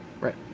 Right